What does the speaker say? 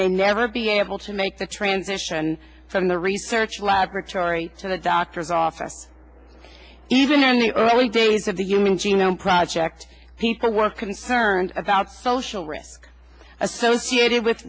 may never be able to make the transition from the research laboratory to the doctor's office and in the early days of the human genome project he still was concerned about social risks associated with